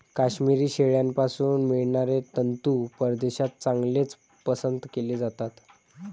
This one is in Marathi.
काश्मिरी शेळ्यांपासून मिळणारे तंतू परदेशात चांगलेच पसंत केले जातात